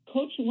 Coach –